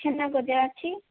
ଛେନା ଗଜା ଅଛି